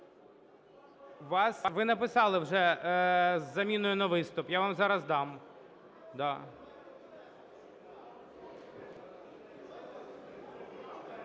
Ви написали вже з заміною на виступ. Я вам зараз дам,